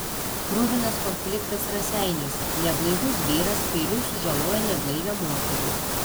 kruvinas konfliktas raseiniuose neblaivus vyras peiliu sužalojo neblaivią moterį